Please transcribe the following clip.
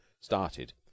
started